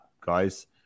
guys